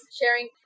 sharing